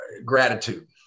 Gratitude